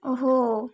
हो